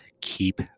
keep